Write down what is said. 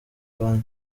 kanya